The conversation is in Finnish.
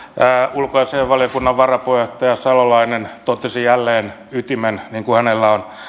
ulkoasiainvaliokunnan varapuheenjohtaja salolainen totesi jälleen ytimen niin kuin hänellä on